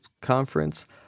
conference